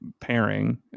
pairing